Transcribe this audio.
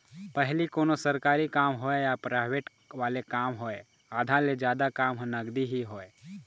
पहिली कोनों सरकारी काम होवय या पराइवेंट वाले काम होवय आधा ले जादा काम ह नगदी ही होवय